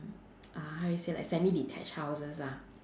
uh how you say like semi detached houses lah